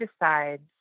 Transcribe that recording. decides